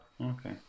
Okay